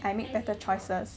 as in not